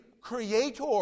Creator